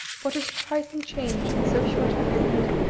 what a surprising change in so short a period,